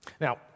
Now